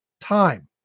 time